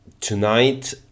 tonight